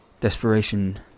desperation